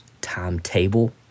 timetable